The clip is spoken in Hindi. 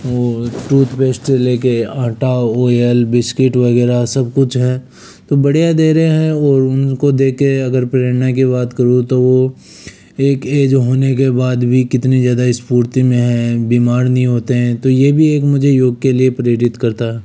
और टूथपेस्ट से लेकर आँटा ओयल बिस्किट वगैरह सब कुछ हैं तो बढ़िया दे रहे हैं वह और उनको देख के अगर प्रेरणा की बात करूँ तो एक एज होने के बाद भी कितनी ज़्यादा स्फूर्ति में हैं बीमार नहीं होते हैं तो यह भी मुझे एक योग के लिए प्रेरित करता